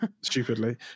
stupidly